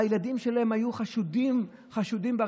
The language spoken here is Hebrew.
הילדים שלהם היו חשודים ברצח.